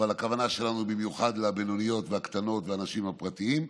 אבל הכוונה שלנו היא במיוחד לבינוניות והקטנות והאנשים הפרטיים.